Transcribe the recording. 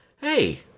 Hey